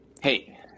Hey